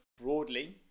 broadly